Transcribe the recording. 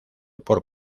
por